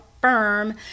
firm